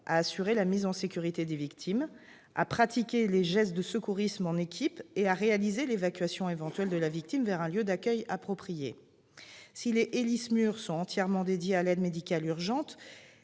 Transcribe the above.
à assurer la mise en sécurité des victimes, à pratiquer les gestes de secourisme en équipe et à réaliser l'évacuation éventuelle de la victime vers un lieu d'accueil approprié. Si les Héli-SMUR sont entièrement dédiés à l'aide médicale urgente,